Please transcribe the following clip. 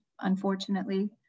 unfortunately